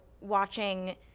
watching